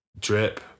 drip